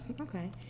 Okay